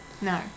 No